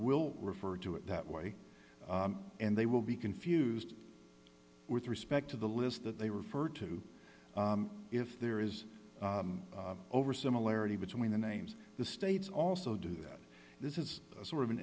will refer to it that way and they will be confused with respect to the list that they refer to if there is over similarity between the names the states also do that this is sort of an